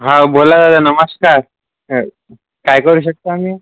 हा बोला नमस्कार काय करू शकतो आम्ही